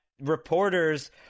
reporters